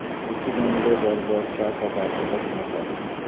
कृषि लोन ले बर बर का का पात्रता होना चाही?